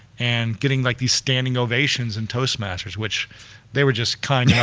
and getting like these standing ovations in toastmasters, which they were just kind yeah